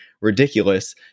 ridiculous